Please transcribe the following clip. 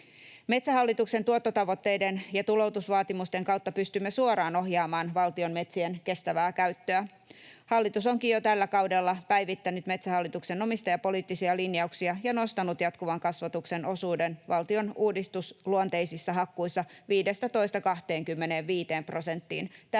Metsähallituksen tuottotavoitteiden ja tuloutusvaatimusten kautta pystymme suoraan ohjaamaan valtion metsien kestävää käyttöä. Hallitus onkin jo tällä kaudella päivittänyt Metsähallituksen omistajapoliittisia linjauksia ja nostanut jatkuvan kasvatuksen osuuden valtion uudistusluonteissa hakkuissa 15:sta 25 prosenttiin.